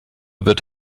wird